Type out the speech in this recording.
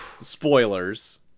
spoilers